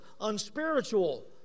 unspiritual